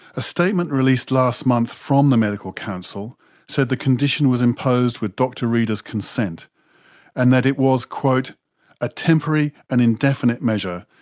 a statement released last month from the medical council said the condition was imposed with dr reader's consent and that it was a temporary and indefinite measure,